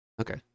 Okay